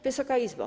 Wysoka Izbo!